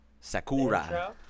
Sakura